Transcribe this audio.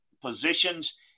positions